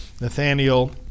Nathaniel